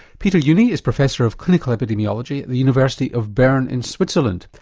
peter juni is professor of clinical epidemiology at the university of berne in switzerland.